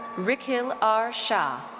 rikhil r. shah.